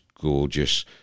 gorgeous